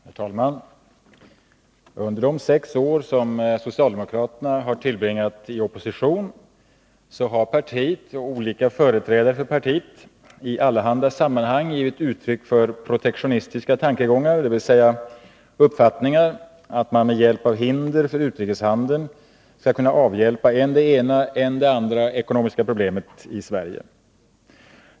Herr talman! Under de sex år som socialdemokraterna har tillbringat i opposition har partiet och olika företrädare för partiet i allehanda sammanhang givit uttryck för protektionistiska tankegångar, dvs. uppfattningar att man med hjälp av hinder för utrikeshandeln skall kunna avhjälpa än det ena en det andra ekonomiska problemet i Sverige.